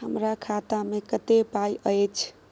हमरा खाता में कत्ते पाई अएछ?